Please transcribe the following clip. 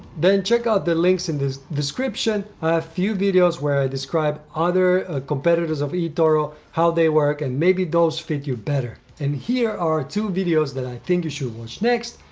then check out the links in the description. i have a few videos where i describe other ah competitors of etoro, how they work and maybe those fit you better. and here are two videos that i think you should watch next.